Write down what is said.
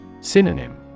Synonym